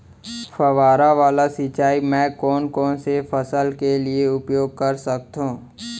फवारा वाला सिंचाई मैं कोन कोन से फसल के लिए उपयोग कर सकथो?